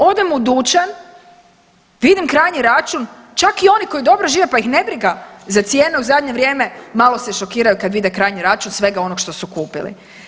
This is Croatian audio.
Odemo u dućan, vidim krajnji račun, čak i oni koji dobro žive pa ih nebriga za cijenu, u zadnje vrijeme malo se šokiraju kad vide krajnji račun svega onog što su kupili.